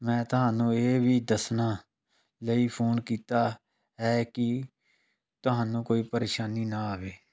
ਮੈਂ ਤੁਹਾਨੂੰ ਇਹ ਵੀ ਦੱਸਣ ਲਈ ਫੋਨ ਕੀਤਾ ਹੈ ਕਿ ਤੁਹਾਨੂੰ ਕੋਈ ਪਰੇਸ਼ਾਨੀ ਨਾ ਆਵੇ